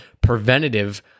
preventative